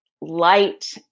light